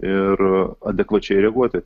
ir adekvačiai reaguoti